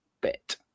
bit